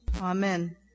Amen